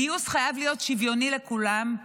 הגיוס חייב להיות שוויוני לכולם.